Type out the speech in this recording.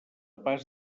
pas